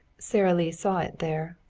sara lee saw it there,